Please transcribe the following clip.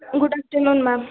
good afternoon ma'am